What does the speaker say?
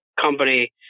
company